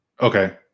Okay